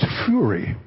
fury